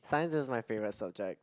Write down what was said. science is my favourite subject